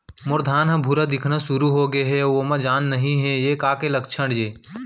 मोर धान ह भूरा दिखना शुरू होगे हे अऊ ओमा जान नही हे ये का के लक्षण ये?